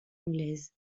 anglaise